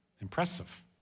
Impressive